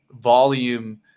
volume